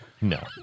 No